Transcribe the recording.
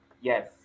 yes